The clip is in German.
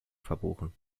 verbuchen